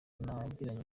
nagiranye